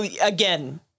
again